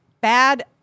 bad